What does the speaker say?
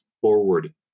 forward